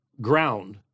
ground